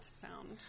sound